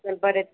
चल बरें तर